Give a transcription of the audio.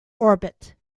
orbit